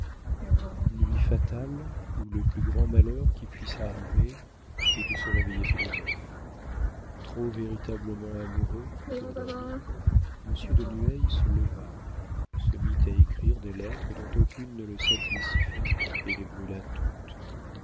nuits fatales où le plus grand malheur qui puisse arriver est de se réveiller philosophe trop véritablement amoureux pour dormir monsieur de nueil se leva se mit à écrire des lettres dont aucune ne le satisfit et les brûla toutes